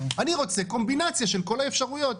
אני רוצה קומבינציה של כל האפשרויות,